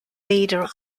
leader